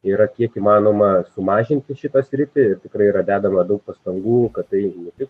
yra kiek įmanoma sumažinti šitą sritį tikrai yra dedama daug pastangų kad tai ne tik